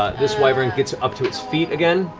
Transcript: this wyvern gets up to its feet again,